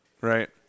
Right